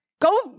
go